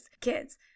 kids